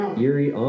Eerie